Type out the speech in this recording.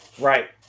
Right